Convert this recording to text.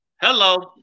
Hello